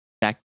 Back